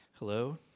Hello